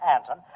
Anton